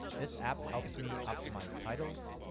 this app helps me optimize titles,